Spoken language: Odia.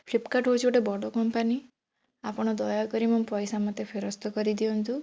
ଫ୍ଲିପ୍କାର୍ଟ୍ ହେଉଛି ଗୋଟେ ବଡ଼ କମ୍ପାନୀ ଆପଣ ଦୟାକରି ମୋ ପଇସା ମତେ ଫେରସ୍ତ କରିଦିଅନ୍ତୁ